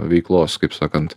veiklos kaip sakant